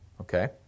Okay